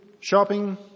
shopping